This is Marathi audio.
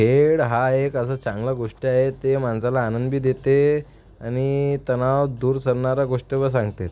खेळ हा एक असं चांगला गोष्ट आहे ते माणसाला आनंदबी देते आणि तणाव दूर सारणारा गोष्टव सांगतात